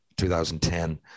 2010